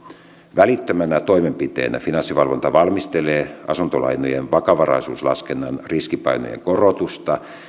välittömänä toimenpiteenä finanssivalvonta valmistelee asuntolainojen vakavaraisuuslaskennan riskipaineen korotusta